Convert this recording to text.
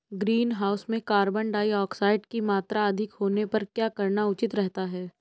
Greenhouse में carbon dioxide की मात्रा अधिक होने पर क्या करना उचित रहता है?